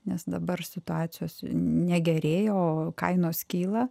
nes dabar situacijos negerėja o kainos kyla